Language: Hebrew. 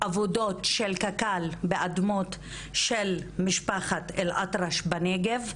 עבודות של קק"ל באדמות של משפחת אל-אטרש בנגב,